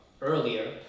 earlier